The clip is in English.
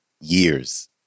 years